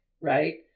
right